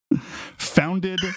founded